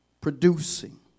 producing